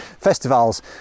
Festivals